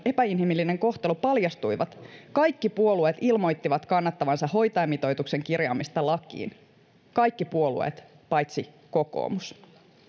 epäinhimillinen kohtelu paljastuivat kaikki puolueet ilmoittivat kannattavansa hoitajamitoituksen kirjaamista lakiin kaikki puolueet paitsi kokoomus